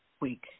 week